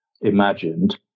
imagined